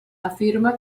afirma